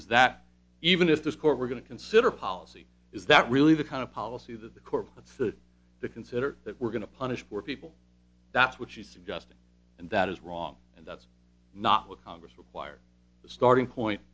is that even if this court were going to consider policy is that really the kind of policy that the court that's that to consider that we're going to punish poor people that's what she's suggesting and that is wrong and that's not what congress requires the starting point